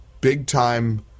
big-time